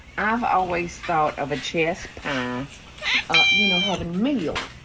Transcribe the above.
i've always thought of a chess pie you know, having meal,